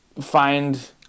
find